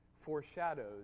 foreshadows